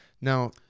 Now